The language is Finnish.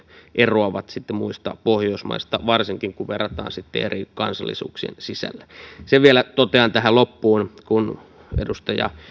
eroavat muista pohjoismaista varsinkin kun verrataan eri kansallisuuksien sisällä sen vielä totean tähän loppuun kun edustaja